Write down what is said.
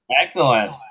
Excellent